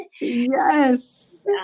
Yes